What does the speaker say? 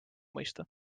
mõista